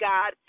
God